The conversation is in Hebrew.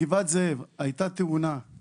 הייתה תאונה בגבעת זאב.